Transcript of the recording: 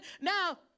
now